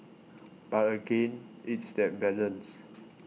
but again it's that balance